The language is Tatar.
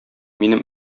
минем